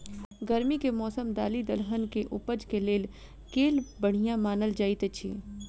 गर्मी केँ मौसम दालि दलहन केँ उपज केँ लेल केल बढ़िया मानल जाइत अछि?